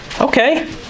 Okay